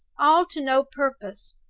all to no purpose!